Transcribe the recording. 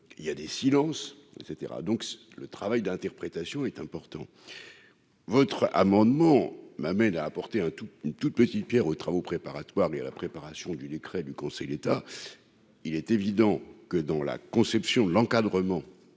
il y a des silences et cetera, donc le travail d'interprétation est important votre amendement m'amène à apporter un tout, une toute petite Pierre aux travaux préparatoires ni à la préparation du décret du Conseil d'État, il est évident que dans la conception de l'encadrement